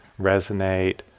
resonate